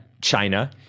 China